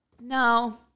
No